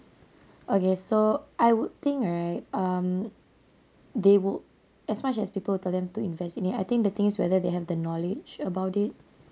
okay so I would think right um they will as much as people tell them to invest in it I think the thing is whether they have the knowledge about it